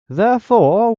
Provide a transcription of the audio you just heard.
therefore